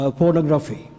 pornography